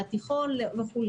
לתיכון וכו'.